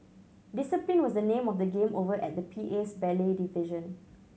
discipline was the name of the game over at the P A's ballet division